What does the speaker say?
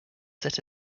set